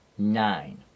nine